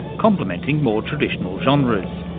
complimenting more traditional genres.